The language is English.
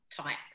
type